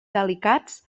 delicats